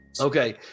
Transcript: Okay